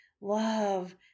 love